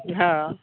हँ